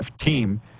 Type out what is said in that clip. team